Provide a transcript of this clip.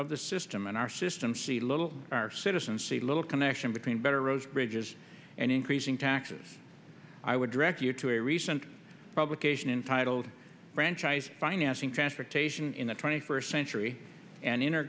of the system in our system see little our citizens see little connection between better roads bridges and increasing taxes i would direct you to a recent publication in titled franchise financing transportation in the twenty first century and in